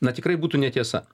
na tikrai būtų netiesa